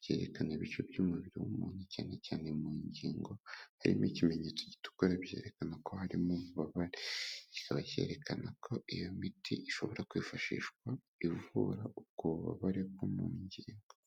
byerekana ibice by'umubiri w'umuntu cyane cyane mu ngingo harimo ikimenyetso gitukura byerekana ko harimo ububabare. Cyikaba cyerekana ko iyo miti ishobora kwifashishwa ivura ubwobabare bwo mu ngingo.